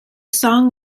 song